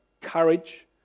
courage